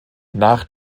nach